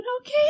okay